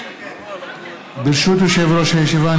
ברשות יושב-ראש הישיבה,